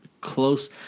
close